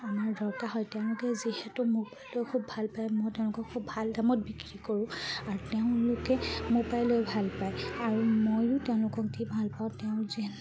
আমাৰ দৰকাৰ হয় তেওঁলোকে যিহেতু মোৰ পৰা লৈ খুব ভাল পায় মই তেওঁলোকক খুব ভাল দামত বিক্ৰী কৰোঁ আৰু তেওঁলোকে মোৰ পৰাই লৈ ভাল পায় আৰু ময়ো তেওঁলোকক দি ভাল পাওঁ তেওঁ যেন